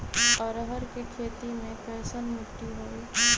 अरहर के खेती मे कैसन मिट्टी होइ?